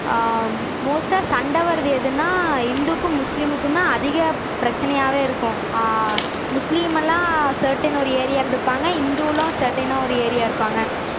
மோஸ்ட்டாக சண்டை வரது எதுனால் இந்துக்கும் முஸ்லீமுக்கும்தான் அதிக பிரச்சினையாவே இருக்கும் முஸ்லீமெல்லாம் சர்ட்டைன் ஒரு ஏரியாவில் இருப்பாங்க இந்துயெலாம் சர்ட்டைன்னாக ஒரு ஏரியா இருப்பாங்க